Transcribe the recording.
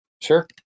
Sure